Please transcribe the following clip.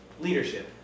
Leadership